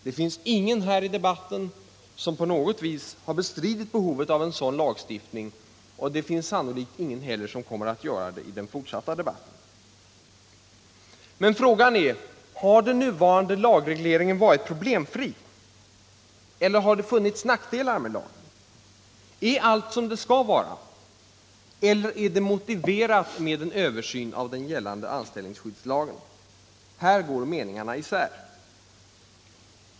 Det finns ingen här i dag som på något vis har bestridit behovet av en sådan lagstiftning, och det finns sannolikt heller ingen som kommer 87 att göra det i den fortsatta debatten. Men frågan är: Har den nuvarande lagregleringen varit problemfri, eller har det funnits nackdelar med lagen? Är allt som det skall vara, eller är det motiverat med en översyn av den gällande anställningsskyddslagen? Här går meningarna isär.